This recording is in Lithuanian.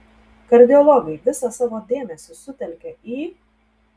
kardiologai visą savo dėmesį sutelkia į